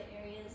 areas